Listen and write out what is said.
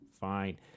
fine